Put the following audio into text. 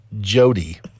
Jody